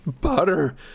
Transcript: butter